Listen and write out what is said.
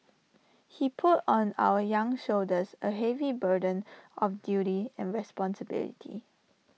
he put on our young shoulders A heavy burden of duty and responsibility